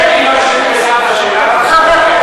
למה את פוגעת בהשקפות של אימא שלי וסבתא שלי?